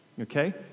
okay